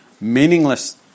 meaningless